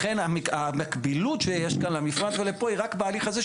לכן המקבילות שיש כאן למפרט ולפה היא רק בהליך הזה,